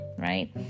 right